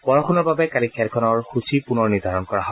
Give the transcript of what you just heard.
বৰষুণৰ বাবে কালি খেলখনৰ সূচী পুনৰ নিৰ্ধাৰণ কৰা হয়